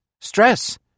Stress